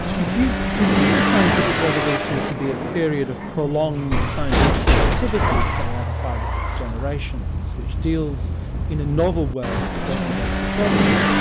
if you consider a scientific revolution to be a period of prolonged scientific activity, say, over five or six generations, which deals in a novel way with certain basic problems,